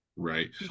right